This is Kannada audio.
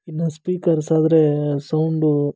ಇನ್ನು ಸ್ಪೀಕರ್ಸ್ ಆದರೆ ಸೌಂಡು